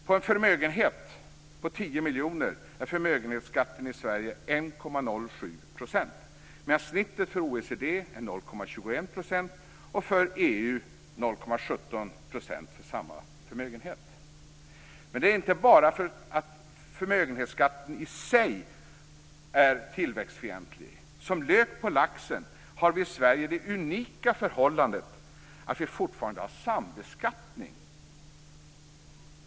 På en förmögenhet på 10 miljoner kronor är förmögenhetsskatten i Sverige 1,07 %. Men snittet för OECD är 0,21 % och för EU 0,17 % för samma förmögenhet. Men det är inte bara förmögenhetsskatten i sig som är tillväxtfientlig. Som lök på laxen har vi i Sverige det unika förhållandet att vi fortfarande har sambeskattning.